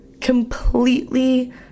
completely